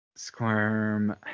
Squirm